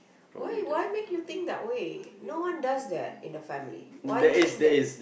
why why make you think that way no one does that in the family why you think that way